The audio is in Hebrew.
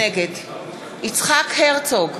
נגד יצחק הרצוג,